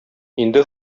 инде